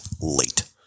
late